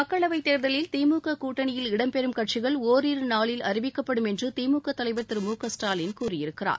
மக்களவைத் தேர்தலில் திமுக கூட்டணியில் இடம் பெறும் கட்சிகள் ஒரிரு நாளில் அறிவிக்கப்படும் என்று திமுக தலைவர் திரு மு க ஸ்டாலின் கூறியிருக்கிறார்